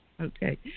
Okay